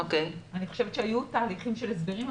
אני חושבת שהיו תהליכים של הסברים.